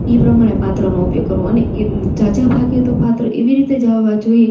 ઈ પ્રમાણે પાત્રનો ઉપયોગ કરો અને એ જાજા ભાગે તો પાત્ર એવી રીતે જ આવવા જોઈએ